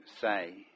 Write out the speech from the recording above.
say